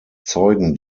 zeugen